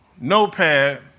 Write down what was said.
notepad